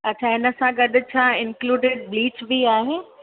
अच्छा हिनसां गॾ छा इंक्लूडिड ब्लीच बि आहे